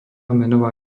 menová